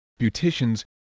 beauticians